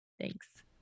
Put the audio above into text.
Thanks